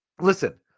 Listen